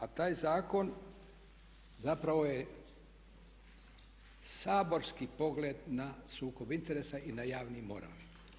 A taj zakon zapravo je saborski pogled na sukob interesa i na javni i moralni.